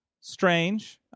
strange